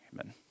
Amen